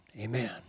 Amen